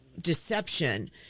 deception